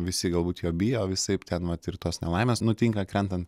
visi galbūt jo bijo visaip ten mat ir tos nelaimės nutinka krentant